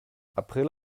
april